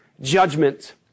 Judgment